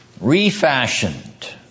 refashioned